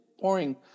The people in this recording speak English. pouring